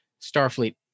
Starfleet